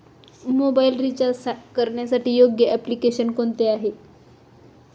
Mobile recharge करण्यासाठी योग्य application कोणते आहे?